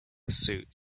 suit